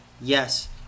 Yes